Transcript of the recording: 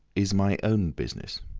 is my own business.